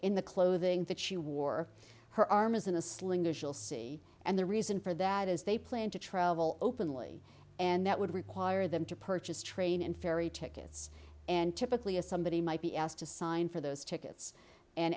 in the clothing that she wore her arm is in a sling visual c and the reason for that is they plan to travel openly and that would require them to purchase train and ferry tech it's and typically a somebody might be asked to sign for those tickets and